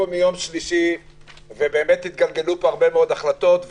מיום שלישי ובאמת התגלגלו פה הרבה מאוד החלטות.